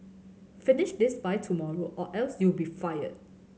finish this by tomorrow or else you'll be fired